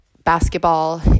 basketball